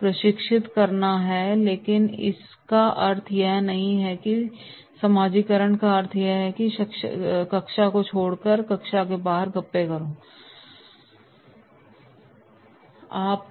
प्रशिक्षित करना चाहिए लेकिन इसका यह अर्थ नहीं है कि समाजीकरण का अर्थ यह है कि कक्षा को छोड़कर कक्षा के बाहर गप्पे करो न कि आप क्या करने वाले हैं